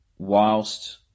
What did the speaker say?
Whilst